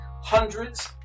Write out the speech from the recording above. hundreds